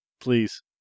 Please